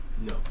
no